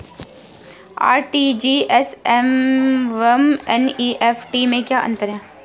RTGS एवं NEFT में क्या अंतर है?